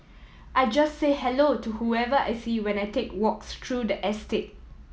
I just say hello to whoever I see when I take walks through the estate